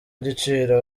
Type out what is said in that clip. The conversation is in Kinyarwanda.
igiciro